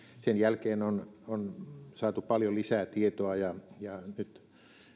sen jälkeen on on saatu paljon lisää tietoa ja ja nyt